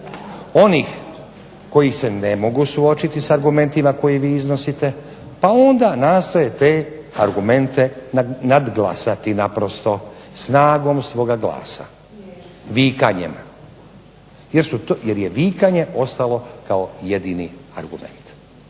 onih koji se ne mogu suočiti sa argumentima koje vi iznosite, pa onda nastoje te argumente nadglasati naprosto snagom svoga glasa, vikanjem, jer je vikanje ostalo kao jedini argument.